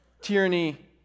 tyranny